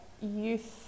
youth